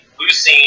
leucine